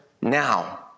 now